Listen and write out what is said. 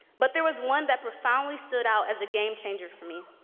but there was one that profoundly stood out as a game changer for me,